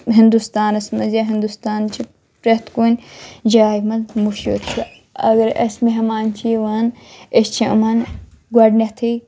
ہِنٛدوستانَس منٛز یا ہِنٛدوستانچہِ پرٛتھ کُنہِ جایہِ منٛز مشہوٗر چھُ اگرے اَسہِ مہمان چھِ یِوان أسۍ چھِ یِمن گۄڈنٮ۪تھٕے